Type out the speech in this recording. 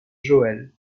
joel